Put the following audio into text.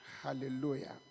Hallelujah